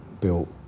built